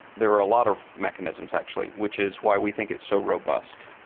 there are a lot of mechanisms actually which is why we think it's so robust.